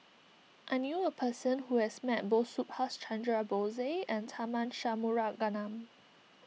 I knew a person who has met both Subhas Chandra Bose and Tharman Shanmugaratnam